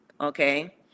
Okay